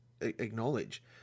acknowledge